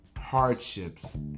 Hardships